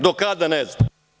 Do kada, ne znam.